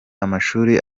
amashuri